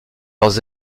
leurs